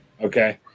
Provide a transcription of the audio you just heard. okay